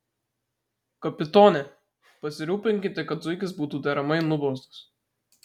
kapitone pasirūpinkite kad zuikis būtų deramai nubaustas